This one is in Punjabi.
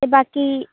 ਅਤੇ ਬਾਕੀ